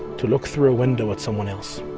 to look through a window of someone else.